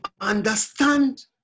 understand